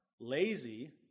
lazy